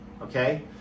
Okay